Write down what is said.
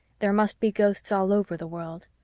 there must be ghosts all over the world.